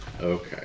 Okay